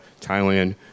Thailand